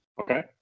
Okay